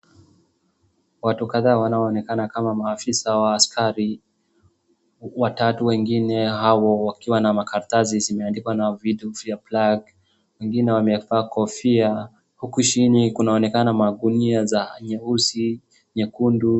Watu kadhaa wanaonekana kama maafisa wa askari watatu wengine hao wakiwa na makaratasi zimeandikwa na vitu vya black . Wengine wamevaa kofia, huku chini kunaokana magunia za nyeusi, nyekundu.